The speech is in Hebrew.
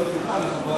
הצעת סיעת ש"ס